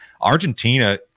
Argentina